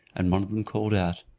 and one of them called out,